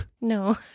No